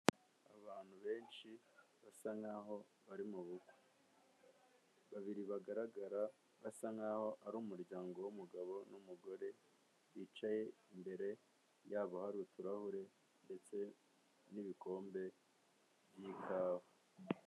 Abantu benshi basa n'aho bari mu bukwe babiri bagaragara basa nk'aho ari umuryango w'umugabo n'umugore bicaye, imbere yabo hari uturahure ndetse n'ibikombe by'ikawa.